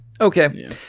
Okay